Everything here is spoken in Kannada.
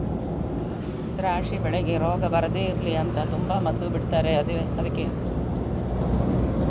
ದ್ರಾಕ್ಷಿ ಬೆಳೆಗೆ ರೋಗ ಬರ್ದೇ ಇರ್ಲಿ ಅಂತ ತುಂಬಾ ಮದ್ದು ಬಿಡ್ತಾರೆ ಅದ್ಕೆ